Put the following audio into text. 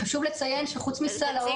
חשוב לציין שחוץ מסל לאור,